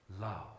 love